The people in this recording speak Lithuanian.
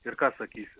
ir ką sakysi